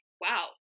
wow